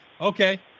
okay